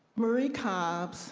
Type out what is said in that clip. marie cob,